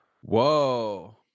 Whoa